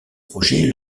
projet